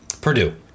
Purdue